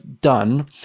done